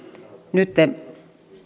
nytten